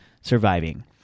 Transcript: surviving